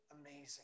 amazing